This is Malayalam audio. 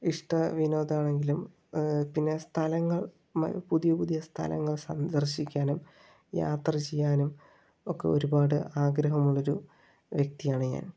ഇഷ്ട വിനോദം ആണെങ്കിലും പിന്നെ സ്ഥലങ്ങൾ പുതിയ പുതിയ സ്ഥലങ്ങൾ സന്ദർശിക്കാനും യാത്ര ചെയ്യാനും ഒക്കെ ഒരുപാട് ആഗ്രഹമുള്ള ഒരു വ്യക്തിയാണ് ഞാൻ